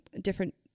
different